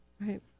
Right